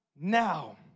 now